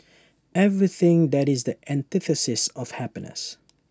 everything that is the antithesis of happiness